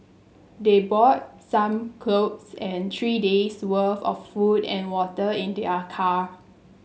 they brought some clothes and three days worth of food and water in their car